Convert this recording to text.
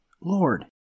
Lord